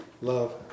Love